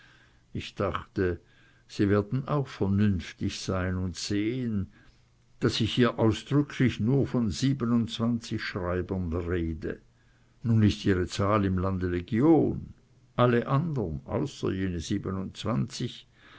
ich dachte sie werden auch vernünftig sein und sehen daß ich hier ausdrücklich nur von siebenundzwanzig schreibern rede nun ihre zahl im lande legion alle andern außer jene siebenundzwanzig